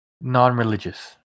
Non-religious